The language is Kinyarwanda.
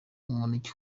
umuneke